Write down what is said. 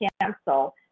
cancel